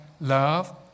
love